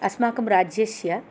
अस्माकं राज्यस्य